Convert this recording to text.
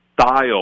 style